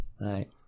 right